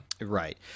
Right